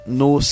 no